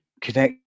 connect